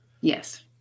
Yes